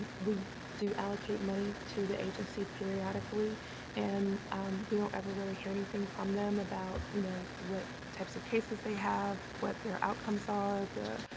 we to allocate money to the agency periodically and we don't ever really hear anything from them about, you know, what types of cases they have, what their outcomes are, the